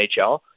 NHL